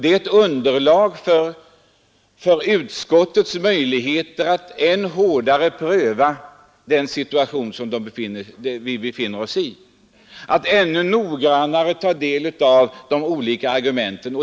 Det skapar underlag för utskottet att göra en ännu hårdare prövning, att noggrannare ta del av de olika argumenten.